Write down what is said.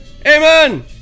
Amen